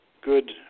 good